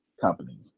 companies